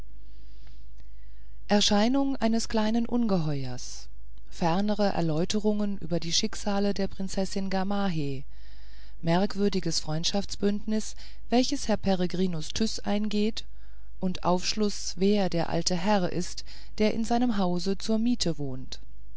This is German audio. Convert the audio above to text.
erscheinung eines kleinen ungeheuers fernere erläuterungen über die schicksale der prinzessin gamaheh merkwürdiges freundschaftsbündnis welches herr peregrinus tyß eingeht und aufschluß wer der alte herr ist der in seinem hause zur miete wohnt